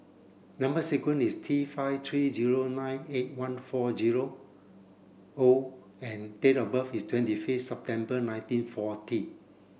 number sequence is T five three zero nine eight one four zero O and date of birth is twenty fifth September nineteen forty